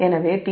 4 0எனவே θ74